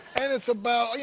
and it's about, you